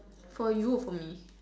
for you or for me